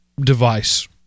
device